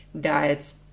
diets